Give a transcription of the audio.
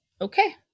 okay